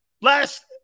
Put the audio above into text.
last